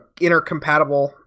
intercompatible